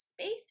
space